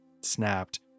snapped